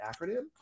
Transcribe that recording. acronym